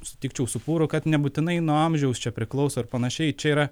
sutikčiau su pūru kad nebūtinai nuo amžiaus čia priklauso ir panašiai čia yra